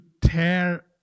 tear